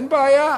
אין בעיה.